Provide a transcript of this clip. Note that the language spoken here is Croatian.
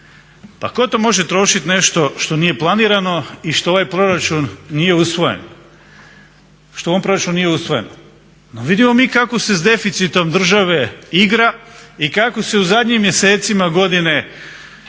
Pa tko to može trošiti nešto što nije planirano i što u ovom proračunu nije usvojeno? No vidimo mi kako se s deficitom države igra i kako se u zadnjim mjesecima godine